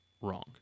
wrong